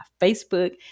Facebook